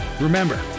Remember